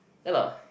ya lah